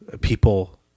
people